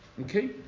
Okay